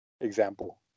example